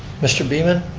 mr. beaman.